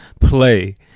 play